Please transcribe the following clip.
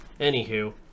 Anywho